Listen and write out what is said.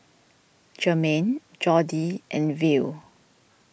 Jermain Jordi and Will